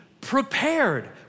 prepared